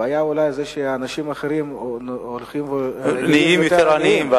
הבעיה היא שאנשים אחרים נהיים יותר עניים.